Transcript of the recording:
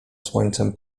słońcem